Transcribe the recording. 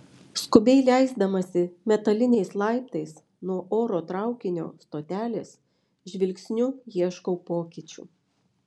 skubiai leisdamasi metaliniais laiptais nuo oro traukinio stotelės žvilgsniu ieškau pokyčių